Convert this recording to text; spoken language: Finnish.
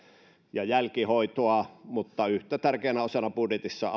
ja jälkihoitoa mutta yhtä tärkeänä osana budjetissa